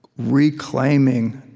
reclaiming